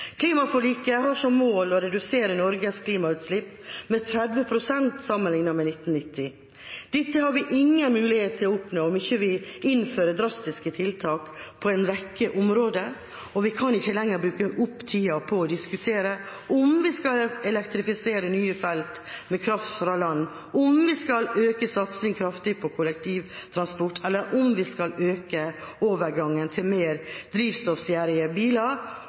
Klimaforliket har som mål å redusere Norges klimagassutslipp med 30 pst. sammenlignet med 1990. Dette har vi ingen mulighet til å oppnå om vi ikke innfører drastiske tiltak på en rekke områder. Vi kan ikke lenger bruke opp tida på å diskutere om vi skal elektrifisere nye felt med kraft fra land, om vi skal øke satsinga kraftig på kollektivtransport eller om vi skal øke overgangen til mer drivstoffgjerrige biler